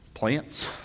Plants